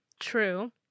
True